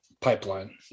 pipeline